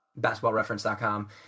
basketballreference.com